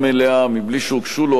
מבלי שהוגשו לו השגות,